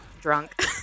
drunk